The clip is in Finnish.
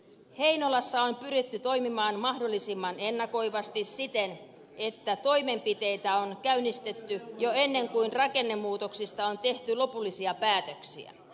heinolassa on pyritty toimimaan mahdollisimman ennakoivasti siten että toimenpiteitä on käynnistetty jo ennen kuin rakennemuutoksista on tehty lopullisia päätöksiä